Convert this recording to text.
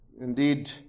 Indeed